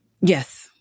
Yes